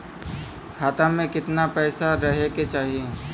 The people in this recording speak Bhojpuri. खाता में कितना पैसा रहे के चाही?